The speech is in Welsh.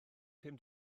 pum